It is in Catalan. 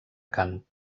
cant